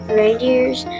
reindeers